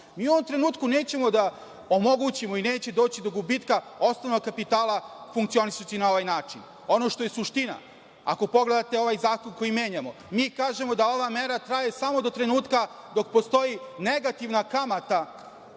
Mi u ovom trenutku nećemo da omogućimo i neće doći do gubitka osnovnog kapitala funkcionišući na ovaj način. Ono što je suština, ako pogledate ovaj zakon koji menjamo, mi kažemo da ova mera traje samo do trenutka dok postoji negativna kamata